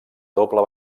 doble